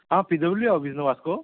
आं पिजोवली ऑफीस न्हू वास्को